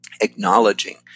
acknowledging